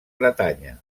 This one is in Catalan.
bretanya